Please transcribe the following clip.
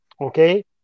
Okay